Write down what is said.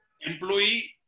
Employee